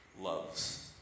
loves